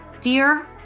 Dear